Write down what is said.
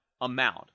amount